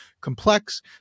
complex